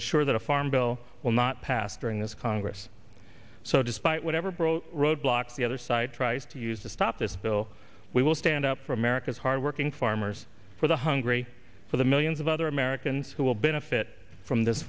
ensure that a farm bill will not pass during this congress so despite whatever brought roadblock the other side tries to use to stop this bill we will stand up for america's hard working farmers for the hungry for the millions of other americans who will benefit from this